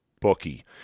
bookie